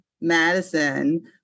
Madison